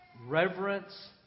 reverence